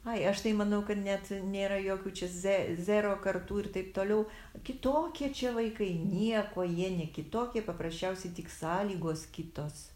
ai aš tai manau kad net nėra jokių čia ze zero kartų ir taip toliau kitokie čia vaikai niekuo jie ne kitokie paprasčiausiai tik sąlygos kitos